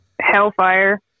hellfire